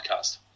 podcast